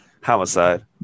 homicide